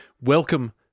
Welcome